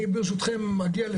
ברשותכם, אני אמשיך.